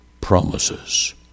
promises